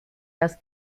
das